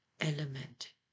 element